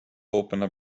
opened